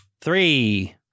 Three